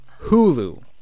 Hulu